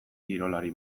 kirolari